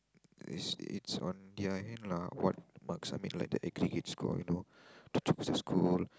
it's it's on their hand lah what marks I mean like the aggregate score you know to school